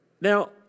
Now